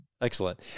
Excellent